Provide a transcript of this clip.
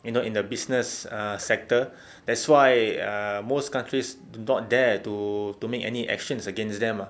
you know in the business ah sector that's why uh most countries do not dare to to make any actions against them ah